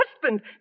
husband